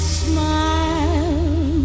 smile